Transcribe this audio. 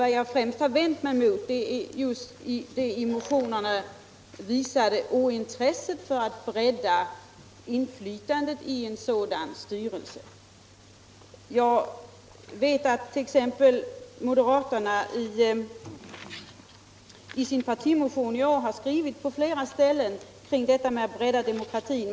Vad jag främst vänt mig emot är just det i motionerna visade ointresset för att bredda inflytandet i en sådan styrelse. Jag vet att ti. ex. moderaterna i sin partimotion i år på flera ställen har skrivit om att bredda demokratin.